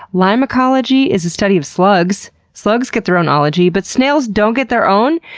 limacology is the study of slugs. slugs get their own ology but snails don't get their own?